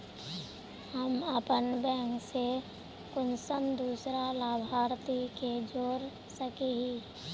हम अपन बैंक से कुंसम दूसरा लाभारती के जोड़ सके हिय?